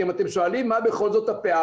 אם אתם שואלים מה בכל זאת הפערים,